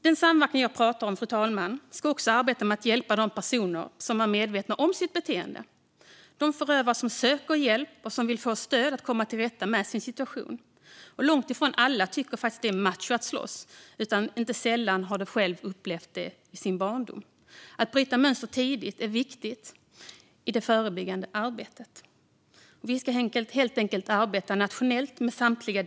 Den samverkan jag pratar om ska också leda till att man arbetar för att hjälpa de personer som är medvetna om sitt beteende, de förövare som söker och vill få stöd och hjälp för att komma till rätta med sin situation. Långt ifrån alla tycker att det är macho att slåss. Inte sällan har de själva upplevt det i sin barndom. Att bryta mönster tidigt är viktigt i det förebyggande arbetet. Vi ska helt enkelt arbeta nationellt med samtliga delar.